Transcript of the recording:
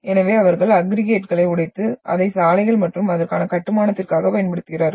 எனவே அவர்கள் அக்ரிகய்ட்களை உடைத்து அதை சாலைகள் மற்றும் அதற்கான கட்டுமானத்திற்காக பயன்படுத்துகிறார்கள்